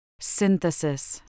synthesis